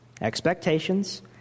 Expectations